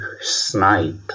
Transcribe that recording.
snipe